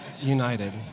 united